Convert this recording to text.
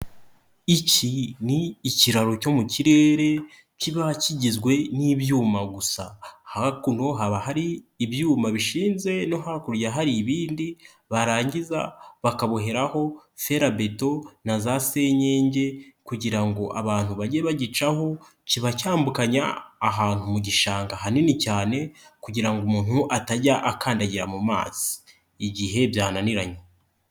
Iki ni ikiraro cyo mu kirere kiba kigizwe n'ibyuma gusa, hakuno haba hari ibyuma bishinze no hakurya hari ibindi barangiza bakaboheraho ferabeto na za senyege kugira ngo abantu bajye bagicaho, kiba cyambukanya ahantu mu gishanga hanini cyane kugira ngo umuntu atajya akandagira mu mazi igihe byananiranye.